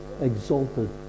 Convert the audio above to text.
exalted